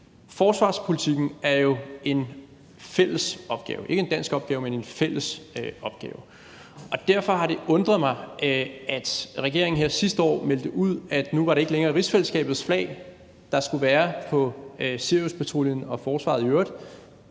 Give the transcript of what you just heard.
Forsvarspolitikken er jo en fælles opgave – det er ikke en dansk opgave, men en fælles opgave. Derfor har det undret mig, at regeringen her sidste år meldte ud, at nu var det ikke længere rigsfællesskabets flag, der skulle være på Siriuspatruljen og forsvaret i øvrigt